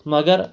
مگر